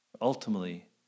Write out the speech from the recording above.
Ultimately